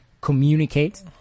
communicate